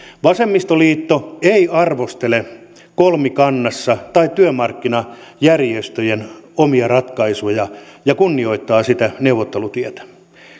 vasemmistoliitto ei arvostele kolmikannassa tehtyjä tai työmarkkinajärjestöjen omia ratkaisuja ja kunnioittaa sitä neuvottelutietä